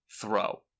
throw